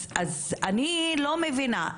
אז אני לא מבינה,